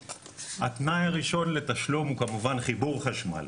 התנאי הראשון לתשלום הוא כמובן חיבור חשמל,